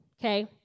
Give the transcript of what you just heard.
Okay